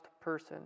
person